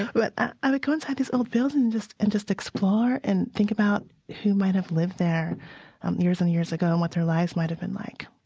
but i would go inside these old buildings and just explore and think about who might have lived there years and years ago and what their lives might have been like